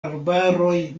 arbaroj